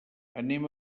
anem